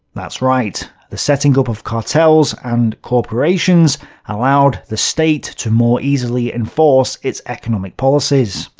that's right, the setting up of cartels and corporations allowed the state to more easily enforce its economic policies.